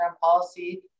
policy